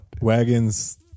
Wagons